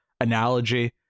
analogy